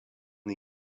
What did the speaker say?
the